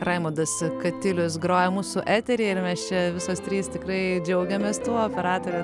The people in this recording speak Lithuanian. raimondas katilius groja mūsų etery ir mes čia visos trys tikrai džiaugiamės tuo operatorė